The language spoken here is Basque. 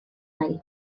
nahi